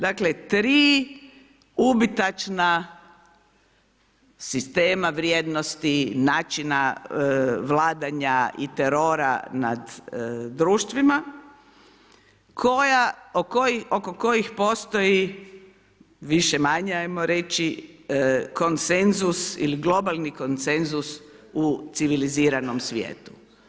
Dakle, tri ubitačna sistema vrijednosti, načina vladanja i terora nad društvima oko kojih postoji, više-manje, ajmo reći, konsenzus ili globalni konsenzus u civiliziranom svijetu.